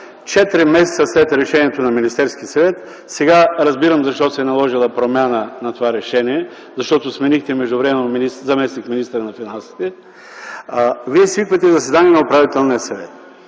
месеца след решението на Министерския съвет - сега разбирам защо се е наложила промяна на това решение, защото сменихте междувременно заместник-министъра на финансите - свиквате заседание на Управителния съвет.